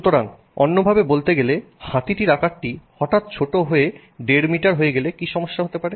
সুতরাং অন্যভাবে বলতে গেলে হাতিটির আকারটি হঠাৎ ছোট হয়ে দেড় মিটার হয়ে গেলে কি সমস্যা হতে পারে